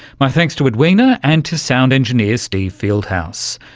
my thanks to edwina and to sound engineer steve fieldhouse.